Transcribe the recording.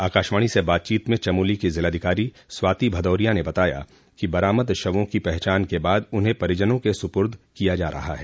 आकाशवाणी से बातचीत में चमौली की जिलाधिकारी स्वाति भदौरिया ने बताया कि बरामद शवों की पहचान के बाद उन्हें परिजनों क सुपुर्द किया जा रहा है